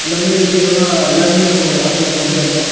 அந்த மாதிரி விஷயங்கள்லாம் எல்லாருமே அவங்களோட வாழ்க்கையில் பண்ணுறது தான்